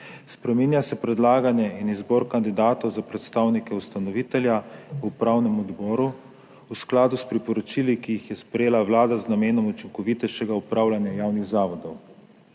Spreminja se predlaganje in izbor kandidatov za predstavnike ustanovitelja v upravnem odboru v skladu s priporočili, ki jih je sprejela Vlada z namenom učinkovitejšega upravljanja javnih zavodov.